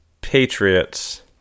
Patriots